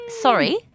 sorry